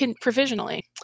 provisionally